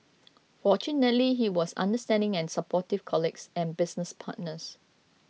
fortunately he was understanding and supportive colleagues and business partners